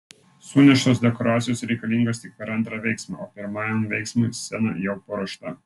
suneštos dekoracijos reikalingos tik per antrą veiksmą o pirmajam veiksmui scena jau paruošta